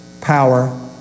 power